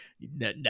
no